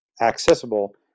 accessible